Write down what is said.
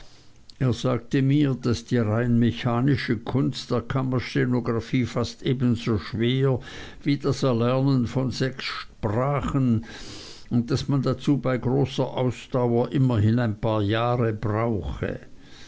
er sagte mir daß die rein mechanische kunst der kammerstenographie fast ebenso schwer sei wie das erlernen von sechs sprachen und daß man dazu bei großer ausdauer immerhin ein paar jahre brauche